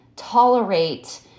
tolerate